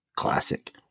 classic